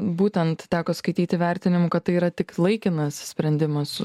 būtent teko skaityti vertinimų kad tai yra tik laikinas sprendimas